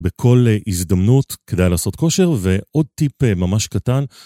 בכל הזדמנות כדאי לעשות כושר, ועוד טיפ ממש קטן